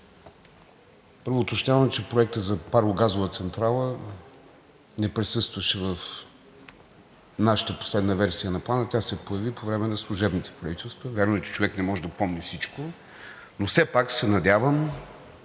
Първо, уточнявам, че проектът за парогазова централа не присъстваше в нашата последна версия на Плана, тя се появи по време на служебните правителства. Вярно е, че човек не може да помни всичко, но все пак се надявам